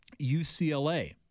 UCLA